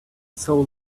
soul